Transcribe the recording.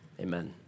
amen